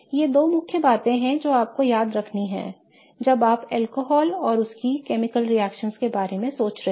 ये दो मुख्य बातें हैं जो आपको याद रखनी है जब आप अल्कोहल और उनकी रासायनिक रिएक्शन के बारे में सोच रहे हैं